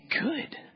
good